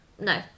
No